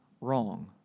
wrong